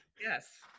Yes